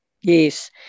Yes